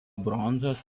bronzos